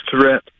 threat